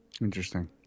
Interesting